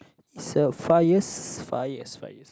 is a five years five years five years